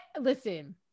listen